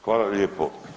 Hvala lijepo.